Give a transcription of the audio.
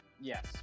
Yes